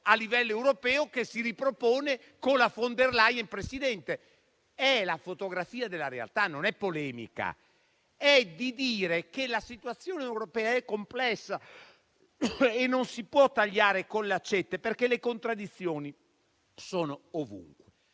a livello europeo, che si ripropone con la von der Leyen Presidente. È la fotografia della realtà, non è polemica. È dire che la situazione europea è complessa e non si può tagliare con l'accetta, perché le contraddizioni sono ovunque.